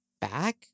back